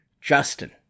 Justin